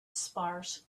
sparse